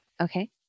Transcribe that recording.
Okay